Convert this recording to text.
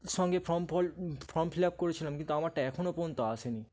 সঙ্গে ফর্ম ফল form fill up করেছিলাম কিন্তু আমারটা এখনও পর্যন্ত আসেনি